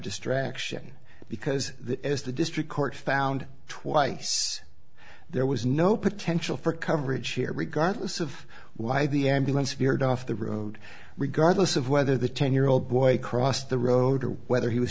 distraction because that as the district court found twice there was no potential for coverage here regardless of why the ambulance veered off the road regardless of whether the ten year old boy crossed the road or whether he was